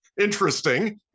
interesting